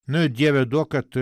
na dieve duok kad